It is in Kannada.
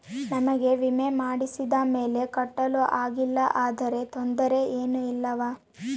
ನಮಗೆ ವಿಮೆ ಮಾಡಿಸಿದ ಮೇಲೆ ಕಟ್ಟಲು ಆಗಿಲ್ಲ ಆದರೆ ತೊಂದರೆ ಏನು ಇಲ್ಲವಾ?